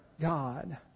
God